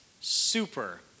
super